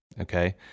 Okay